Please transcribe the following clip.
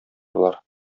болар